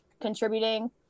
contributing